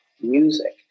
music